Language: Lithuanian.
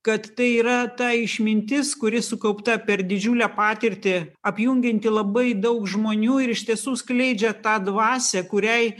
kad tai yra ta išmintis kuri sukaupta per didžiulę patirtį apjungianti labai daug žmonių ir iš tiesų skleidžia tą dvasią kuriai